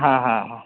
हा हा हा